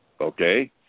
okay